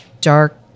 dark